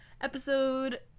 episode